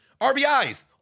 RBIs